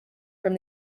from